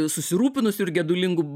susirūpinusiu ir gedulingu